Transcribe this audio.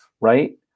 right